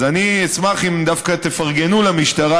אז אני אשמח אם דווקא תפרגנו למשטרה,